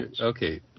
Okay